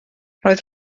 roedd